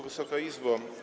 Wysoka Izbo!